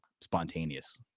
spontaneous